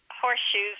horseshoes